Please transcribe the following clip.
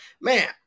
Man